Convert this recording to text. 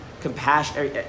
Compassion